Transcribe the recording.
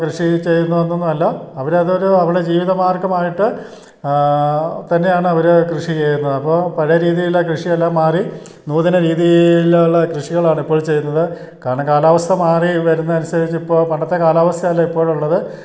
കൃഷി ചെയ്യുന്നു എന്നൊന്നുമല്ല അവർ അതൊരു അവരുടെ ജീവിത മാർഗ്ഗമായിട്ട് തന്നെയാണവർ കൃഷി ചെയ്യുന്നത് അപ്പോൾ പഴയ രീതിയിലെ കൃഷിയെല്ലാം മാറി നൂതന രീതിയിലുള്ള കൃഷികളാണിപ്പോൾ ചെയ്യുന്നത് കാരണം കാലാവസ്ഥ മാറി വരുന്നത് അനുസരിച്ചിപ്പോൾ പണ്ടത്തെ കാലാവസ്ഥയല്ല ഇപ്പോഴുള്ളത്